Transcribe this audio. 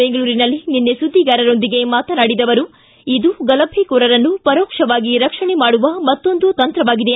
ಬೆಂಗಳೂರಿನಲ್ಲಿ ನಿನ್ನೆ ಸುದ್ದಿಗಾರರೊಂದಿಗೆ ಮಾತನಾಡಿದ ಅವರು ಇದು ಗಲಭೆಕೋರರನ್ನು ಪರೋಕ್ಷವಾಗಿ ರಕ್ಷಣೆ ಮಾಡುವ ಮತ್ತೊಂದು ತಂತ್ರವಾಗಿದೆ